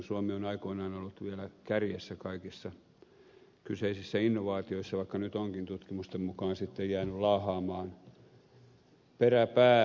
suomi on aikoinaan ollut vielä kärjessä kaikissa kyseisissä innovaatioissa vaikka nyt onkin tutkimusten mukaan jäänyt laahaamaan peräpäähän